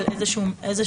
על איזה מדרגים